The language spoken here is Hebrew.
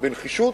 בנחישות,